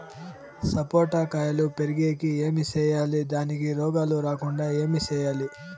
సపోట కాయలు పెరిగేకి ఏమి సేయాలి దానికి రోగాలు రాకుండా ఏమి సేయాలి?